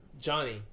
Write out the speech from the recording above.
Johnny